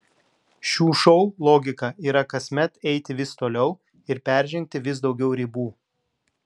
šių šou logika yra kasmet eiti vis toliau ir peržengti vis daugiau ribų